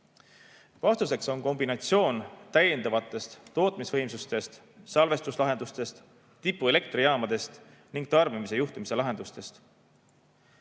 Vastuseks on kombinatsioon täiendavatest tootmisvõimsustest, salvestuslahendustest, tipuelektrijaamadest ning tarbimise juhtimise lahendustest.